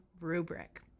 rubric